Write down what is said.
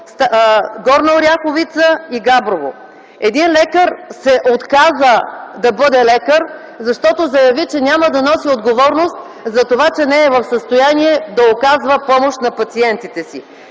Горна Оряховица и Габрово. Един лекар се отказа да бъде лекар, защото заяви, че няма да носи отговорност за това, че не е в състояние да оказва помощ на пациентите си.